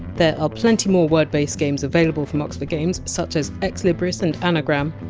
there are plenty more word-based games available from oxford games, such as ex libris and anagram,